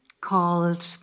called